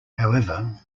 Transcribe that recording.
however